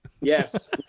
Yes